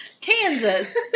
Kansas